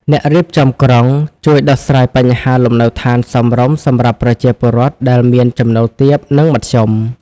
អ្នករៀបចំក្រុងជួយដោះស្រាយបញ្ហាលំនៅដ្ឋានសមរម្យ សម្រាប់ប្រជាពលរដ្ឋដែលមានចំណូលទាប និងមធ្យម។